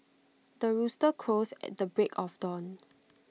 the rooster crows at the break of dawn